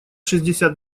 шестьдесят